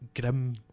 grim